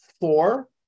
four